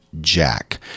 jack